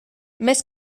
més